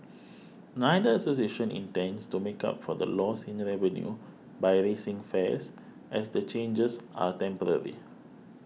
neither association intends to make up for the loss in revenue by raising fares as the changes are temporary